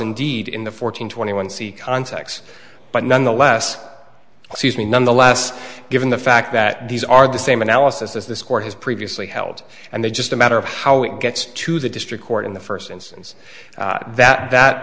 indeed in the fourteen twenty one c contacts but nonetheless excuse me nonetheless given the fact that these are the same analysis as this court has previously held and then just a matter of how it gets to the district court in the first instance that that